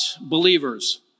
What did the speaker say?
believers